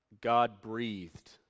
God-breathed